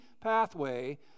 pathway